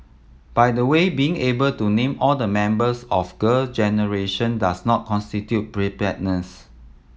by the way being able to name all the members of Girl Generation does not constitute preparedness